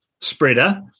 spreader